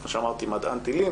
כמו שאמרתי, מדען טילים